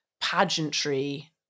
pageantry